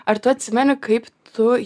ar tu atsimeni kaip tu